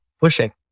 pushing